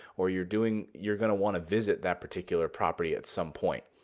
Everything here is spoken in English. or you're doing you're going to want to visit that particular property at some point.